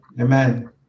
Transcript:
Amen